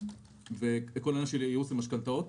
וכל עניין ייעוץ למשכנתאות.